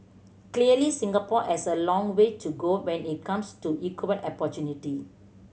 clearly Singapore has a long way to go when it comes to equal opportunity